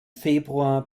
februar